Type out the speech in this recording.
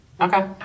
Okay